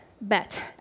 bet